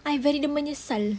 I very the menyesal